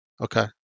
Okay